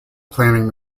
planning